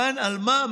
כאן, על מה?